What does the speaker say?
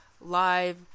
live